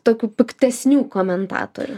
tokių piktesnių komentatorių